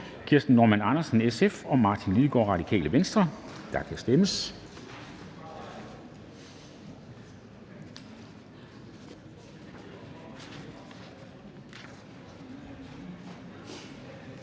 Kirsten Normann Andersen (SF) og Martin Lidegaard (RV), og der kan stemmes.